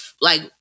like-